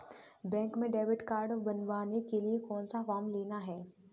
Bank में debit card बनवाने के लिए कौन सा फॉर्म लेना है?